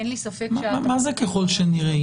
אין לי ספק --- מה זה ככל שנראה?